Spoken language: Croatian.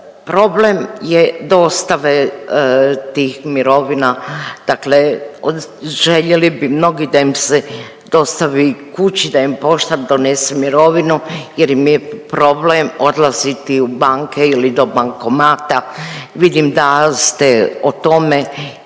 Problem je dostave tih mirovina, dakle željeli bi mnogi da im se dostavi kući, da im poštar donese mirovinu, jer im je problem odlaziti u banke ili do bankomata. Vidim da ste o tome